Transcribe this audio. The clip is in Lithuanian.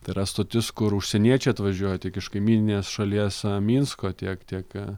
tai yra stotis kur užsieniečiai atvažiuoja tik iš kaimyninės šalies minsko tiek tiek